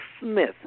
Smith